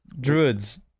druids